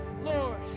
Lord